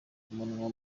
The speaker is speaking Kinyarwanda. umunwa